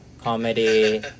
comedy